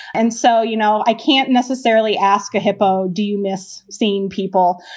and so, you know, i can't necessarily ask a hippo. do you miss seeing people?